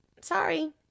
Sorry